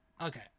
Okay